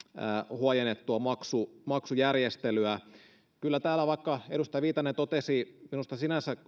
huojennettua maksujärjestelyä vaikka edustaja viitanen totesi minusta sinänsä